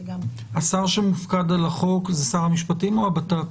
השר שמופקד על החוק הוא שר המשפטים או הבט"פ?